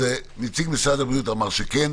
נציג משרד הבריאות אמר שכן.